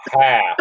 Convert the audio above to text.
Half